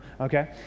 okay